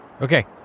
Okay